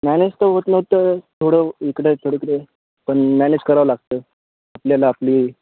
manage तर होत नव्हतं थोडं इकडे पण मॅनेज करावं लागतं आपल्याला आपली